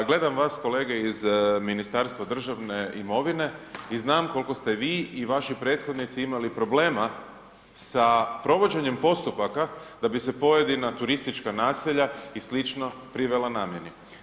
Gledam vas kolege iz Ministarstva državne imovine i znam koliko ste vi i vaši prethodnici imali problema sa provođenjem postupaka da bi se pojedina turistička naselja i slično privela namjeni.